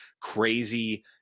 crazy